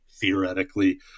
theoretically